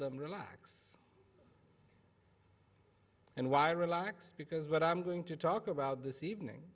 m relax and why relax because what i'm going to talk about this evening